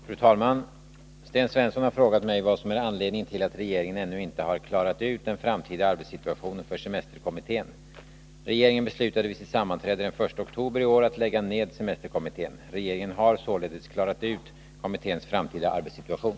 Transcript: Fru talman! Sten Svensson har frågat mig vad som är anledningen till att regeringen ännu-inte har klarat ut den framtida arbetssituationen för semesterkommittén. Regeringen beslutade vid sitt sammanträde den 1 oktober i år att lägga ned semesterkommittén. Regeringen har således klarat ut kommitténs framtida arbetssituation.